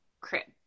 crib